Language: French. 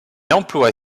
emploie